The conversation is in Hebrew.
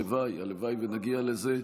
הלוואי שנגיע לזה.